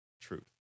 truth